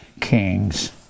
Kings